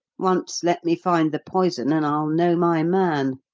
once let me find the poison, and i'll know my man.